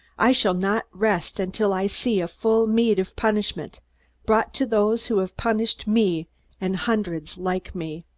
i shall not rest until i see a full meed of punishment brought to those who have punished me and hundreds like me.